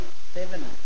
Seven